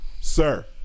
sir